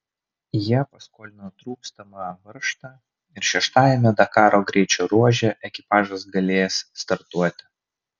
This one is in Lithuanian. jie paskolino trūkstamą varžtą ir šeštajame dakaro greičio ruože ekipažas galės startuoti